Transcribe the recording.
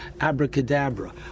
abracadabra